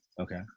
Okay